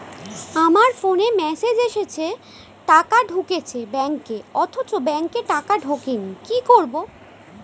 আমার ফোনে মেসেজ এসেছে টাকা ঢুকেছে ব্যাঙ্কে অথচ ব্যাংকে টাকা ঢোকেনি কি করবো?